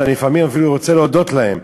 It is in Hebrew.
לפעמים אני אפילו רוצה להודות להם.